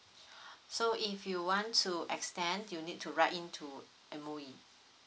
so if you want to extend you need to write in to M_O_E